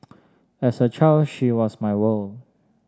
as a child she was my world